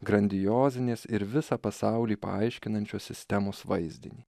grandiozinės ir visą pasaulį paaiškinančios sistemos vaizdinį